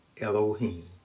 Elohim